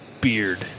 beard